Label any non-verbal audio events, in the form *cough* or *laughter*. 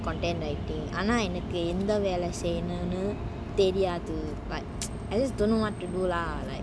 content writing அண்ணா என்னக்கு எந்த வெல்ல செய்யணும்னு தெரியாது:anna ennaku entha vella seiyanumnu teriyathu but *noise* I just don't know what to do lah like